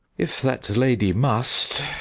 if that lady must.